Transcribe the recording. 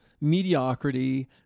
mediocrity